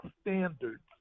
standards